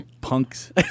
punks